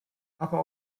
aber